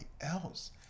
else